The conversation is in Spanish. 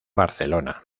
barcelona